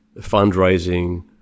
fundraising